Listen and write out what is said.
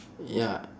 ya